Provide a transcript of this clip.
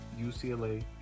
UCLA